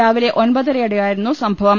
രാവിലെ ഒമ്പതരയോടെയായിരുന്നു സംഭവം